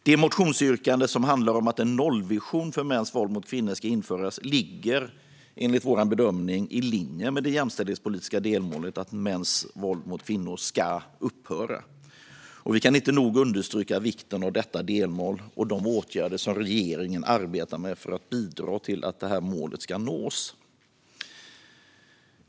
Det motionsyrkande som handlar om att en nollvision för mäns våld mot kvinnor ska införas ligger, enligt vår bedömning, i linje med det jämställdhetspolitiska delmålet att mäns våld mot kvinnor ska upphöra. Vi kan inte nog understryka vikten av detta delmål och de åtgärder som regeringen arbetar med för att bidra till att målet nås.